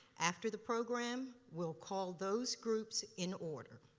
after the program, we'll call those groups in order.